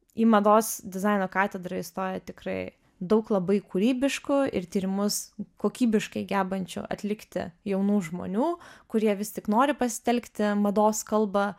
į mados dizaino katedrą įstoja tikrai daug labai kūrybiškų ir tyrimus kokybiškai gebančių atlikti jaunų žmonių kurie vis tik nori pasitelkti mados kalbą